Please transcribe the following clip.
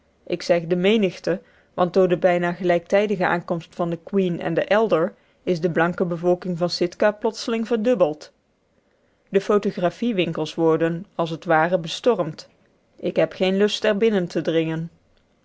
ik zeg de menigte want door de bijna gelijktijdige aankomst van the queen en de elder is de blanke bevolking van sitka plotseling verdubbeld de photographiewinkels worden als t ware bestormd ik heb geen lust er binnen te dringen